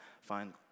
find